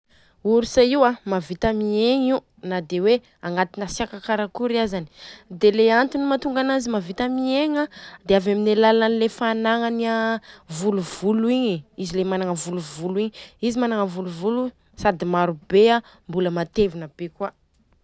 Orsa io a mavita miegna io nade hoe agnatinasiaka karakory aza. Dia le antony mantonga ananjy mavita miegna dia avy amin'ny alalan'ny fanagnany volovolo igny. Izy le managna volovolo igny, izy managna volovolo sady maro be a, mbola matevina be koa.